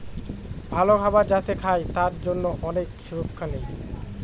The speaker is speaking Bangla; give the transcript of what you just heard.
ভালো খাবার যাতে খায় তার জন্যে অনেক সুরক্ষা নেয়